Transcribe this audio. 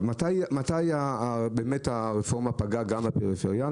מקלב: מתי הרפורמה באמת פגעה גם בפריפריה?